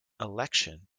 election